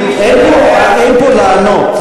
אין פה לענות.